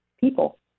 people